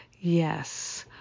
yes